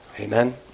Amen